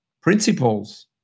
principles